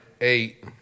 eight